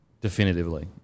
Definitively